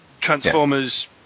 Transformers